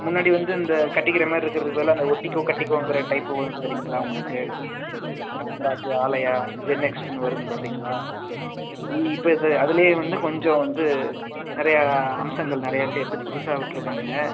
முன்னாடி வந்து இந்த கட்டிக்கிற மாதிரி இருக்கறதுக்கு பதிலாக ஒட்டிக்கோ கட்டிக்கோங்கிற டைப்பு வருந் தெரியுங்களா உங்களுக்கு ராம்ராஜு ஆலயா ஜென்நெக்ஸ்ட்டுன்னு வரும் பார்த்துருக்கீங்களா இப்போ இது அதுலையே வந்து கொஞ்சம் வந்து நிறையா அம்சங்கள் நிறையா சேர்த்து புதுசாக விட்ருக்காங்க